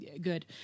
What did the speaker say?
good